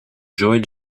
joël